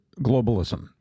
globalism